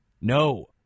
No